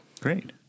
Great